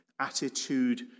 attitude